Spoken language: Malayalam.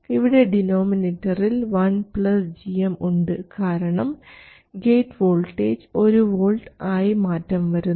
ഇവിടെ ഡിനോമിനേറ്ററിൽ 1 ഉണ്ട് കാരണം ഗേറ്റ് വോൾട്ടേജ് ഒരു വോൾട്ട് ആയി മാറ്റം വരുന്നു